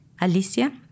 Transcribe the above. Alicia